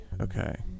Okay